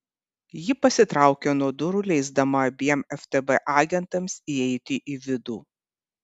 ji pasitraukė nuo durų leisdama abiem ftb agentams įeiti į vidų